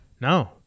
no